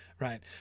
right